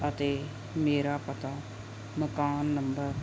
ਅਤੇ ਮੇਰਾ ਪਤਾ ਮਕਾਨ ਨੰਬਰ